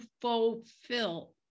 fulfill